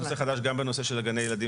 יש טענת נושא חדש גם בנושא של גני ילדים